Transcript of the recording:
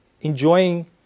enjoying